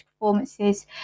performances